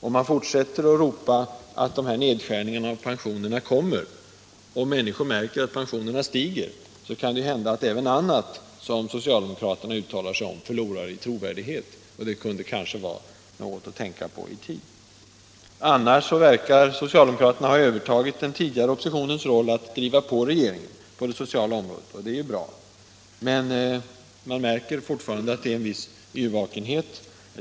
Om man fortsätter att ropa att de här nedskärningarna av pensionerna kommer, och människorna märker att pensionerna stiger, kan det hända att socialdemokraterna förlorar i trovärdighet även när de uttalar sig om andra saker. Annars verkar socialdemokraterna ha övertagit den tidigare oppositionens roll att vilja driva på regeringen på det sociala området, och det är ju bra. Men man märker fortfarande en viss yrvakenhet.